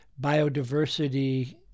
biodiversity